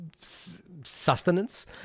sustenance